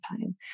time